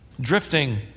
Drifting